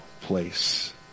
place